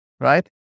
right